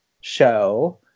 show